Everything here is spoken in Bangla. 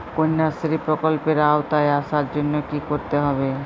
কন্যাশ্রী প্রকল্পের আওতায় আসার জন্য কী করতে হবে?